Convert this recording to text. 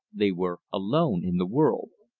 they were alone in the world.